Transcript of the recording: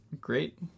great